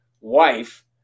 wife